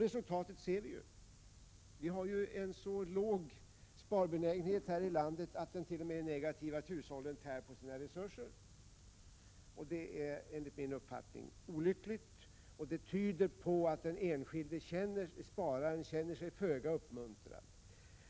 Resultatet ser vi: Vi har här i landet en så låg sparbenägenhet att den t.o.m. är negativ och innebär att hushållen tär på sina resurser. Det är enligt min uppfattning olyckligt, och det tyder på att den enskilde spararen känner sig föga uppmuntrad.